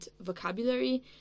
vocabulary